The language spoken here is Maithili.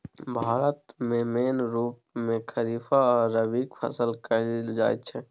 भारत मे मेन रुप मे खरीफ आ रबीक फसल कएल जाइत छै